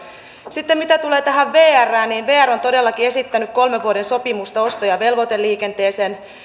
sitten mitä tulee vrään niin vr on todellakin esittänyt kolmen vuoden sopimusta osto ja velvoiteliikenteeseen